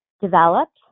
developed